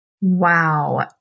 Wow